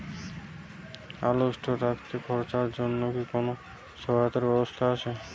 আলু স্টোরে রাখতে খরচার জন্যকি কোন সহায়তার ব্যবস্থা আছে?